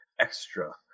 extra